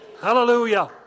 Hallelujah